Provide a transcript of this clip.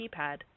keypad